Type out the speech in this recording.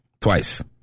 Twice